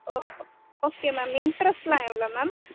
ஓ ஓ okay ma'am இண்ட்ரெஸ்டெலாம் எவ்வளோ மேம்